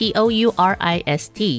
Tourist